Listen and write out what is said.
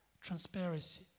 transparency